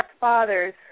fathers